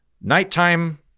nighttime